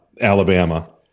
Alabama